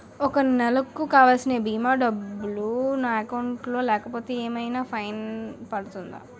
ఒక నెలకు కావాల్సిన భీమా డబ్బులు నా అకౌంట్ లో లేకపోతే ఏమైనా ఫైన్ పడుతుందా?